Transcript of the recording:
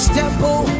temple